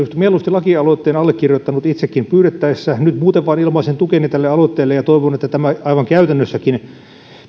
mieluusti lakialoitteen allekirjoittanut itsekin pyydettäessä nyt muuten vain ilmaisen tukeni tälle aloitteelle ja toivon että tämä aivan käytännössäkin